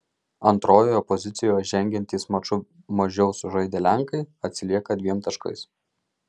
antrojoje pozicijoje žengiantys maču mažiau sužaidę lenkai atsilieka dviem taškais